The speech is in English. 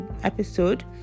episode